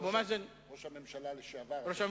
אבו מאזן, ראש הממשלה לשעבר.